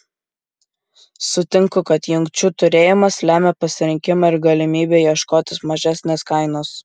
sutinku kad jungčių turėjimas lemia pasirinkimą ir galimybę ieškotis mažesnės kainos